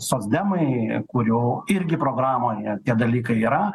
socdemai kurių irgi programoje tie dalykai yra